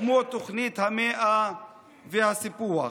כמו תוכנית המאה והסיפוח.